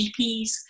GPs